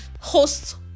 host